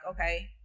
okay